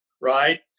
right